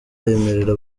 yemerera